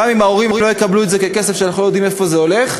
גם אם ההורים לא יקבלו את זה ככסף שאנחנו לא יודעים לאיפה הוא הולך,